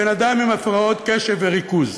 אני בן-אדם עם הפרעות קשב וריכוז.